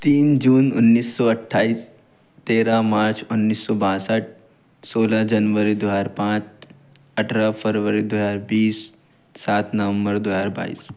तीन जून उन्नीस सौ अठाईस तेरह मार्च उन्नीस सौ बासठ सोलह जनबरी दो हज़ार पाँच अठारह फरबरी दो हज़ार बीस सात नम्मबर दो हज़ार बाईस